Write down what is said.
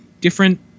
different